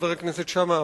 חבר הכנסת שאמה,